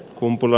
kumpula